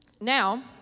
Now